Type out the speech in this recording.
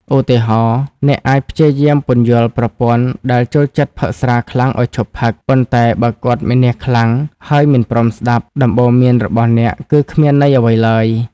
ឧទាហរណ៍៖ អ្នកអាចព្យាយាមពន្យល់ប្រពន្ធដែលចូលចិត្តផឹកស្រាខ្លាំងឱ្យឈប់ផឹក ប៉ុន្តែបើគាត់មានះខ្លាំង ហើយមិនព្រមស្ដាប់ ដំបូន្មានរបស់អ្នកគឺគ្មានន័យអ្វីឡើយ។